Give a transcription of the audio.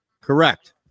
Correct